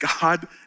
god